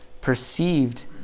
perceived